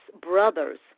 brothers